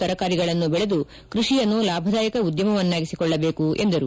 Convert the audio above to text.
ತರಕಾರಿಗಳನ್ನು ಬೆಳೆದು ಕೃಷಿಯನ್ನು ಲಾಭದಾಯಕ ಉದ್ದಮವನ್ನಾಗಿಸಿಕೊಳ್ಳಬೇಕು ಎಂದರು